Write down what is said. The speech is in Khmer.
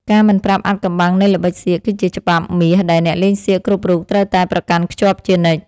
ការមិនប្រាប់អាថ៌កំបាំងនៃល្បិចសៀកគឺជាច្បាប់មាសដែលអ្នកលេងសៀកគ្រប់រូបត្រូវតែប្រកាន់ខ្ជាប់ជានិច្ច។